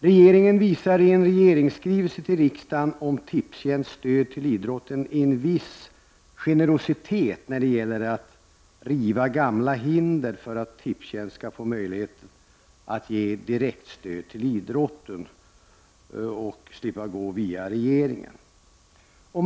Regeringen visar i en skrivelse till riksdagen om Tipstjänsts stöd till idrotten en viss generositet när det gäller att riva gamla hinder för att Tipstjänst skall få en möjlighet att ge direkt stöd till idrotten och slippa gå via regeringen.